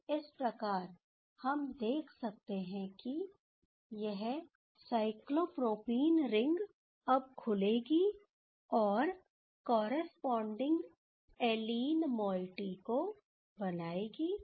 तो इस प्रकार हम देख सकते हैं कि यह साइक्लोप्रोपीन रिंग अब खुलेगी और कॉरस्पॉडिंग एलीन माइटी को बनाएगी